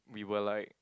we were like